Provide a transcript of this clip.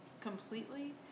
completely